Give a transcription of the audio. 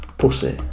pussy